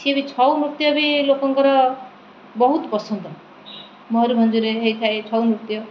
ସିଏ ବି ଛଉ ନୃତ୍ୟ ବି ଲୋକଙ୍କର ବହୁତ ପସନ୍ଦ ମୟୁରଭଞ୍ଜରେ ହେଇଥାଏ ଛଉ ନୃତ୍ୟ